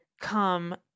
come